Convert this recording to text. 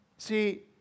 See